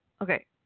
Okay